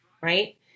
right